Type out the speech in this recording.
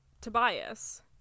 Tobias